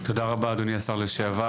תודה רבה, אדוני השר לשעבר,